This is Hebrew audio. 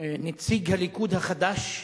נציג הליכוד החדש.